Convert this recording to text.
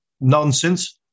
nonsense